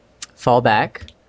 fallback